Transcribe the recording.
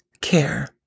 care